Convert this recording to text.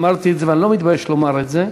אמרתי את זה ואני לא מתבייש לומר את זה,